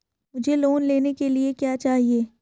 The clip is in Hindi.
मुझे लोन लेने के लिए क्या चाहिए?